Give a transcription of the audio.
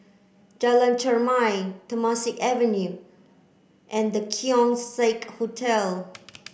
Jalan Chermai Temasek Avenue and The Keong Saik Hotel